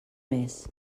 més